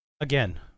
Again